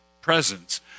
presence